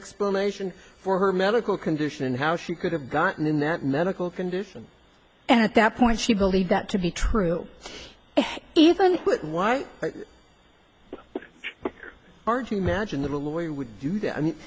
explanation for her medical condition how she could have gotten in that medical condition and at that point she believed that to be true even why aren't you imagine that a lawyer would do that i mean